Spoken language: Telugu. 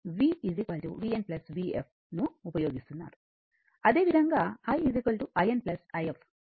ను ఉపయోగిస్తున్నారు అదేవిధంగా i in if అదే భావన ఉపయోగించండి